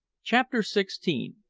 chapter sixteen.